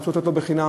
רצו לתת לו חינם,